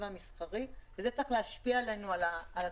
והמסחרי וזה צריך להשפיע לנו על התוכניות.